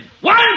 One